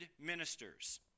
Ministers